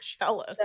jealous